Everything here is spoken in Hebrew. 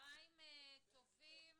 צהריים טובים.